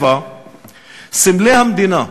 7. סמלי המדינה,